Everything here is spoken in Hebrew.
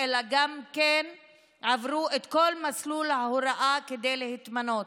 אלא גם כן עברו את כל מסלול ההוראה כדי להתמנות.